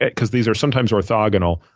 because these are sometimes orthogonal,